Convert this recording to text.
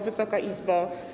Wysoka Izbo!